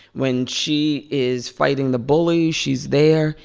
when she is fighting the bullies, she's there.